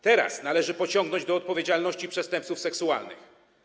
Teraz należy pociągnąć do odpowiedzialności przestępców seksualnych.